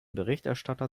berichterstatter